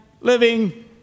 living